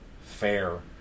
fair